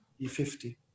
e50